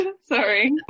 Sorry